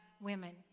women